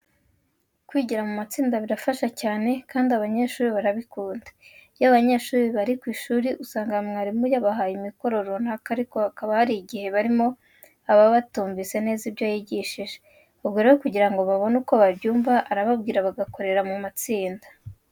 Kwigira mu matsinda birafasha cyane kandi abanyeshuri barabikunda. Iyo abanyeshuri bari ku ishuri usanga mwarimu yabahaye imikoro runaka ariko hakaba hari igihe harimo ababa batumvise neza ibyo yigishije. Ubwo rero kugira ngo babone uko babyumva arababwira bagakorera mu matsinda.